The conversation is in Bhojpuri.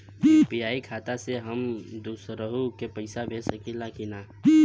यू.पी.आई खाता से हम दुसरहु के पैसा भेज सकीला की ना?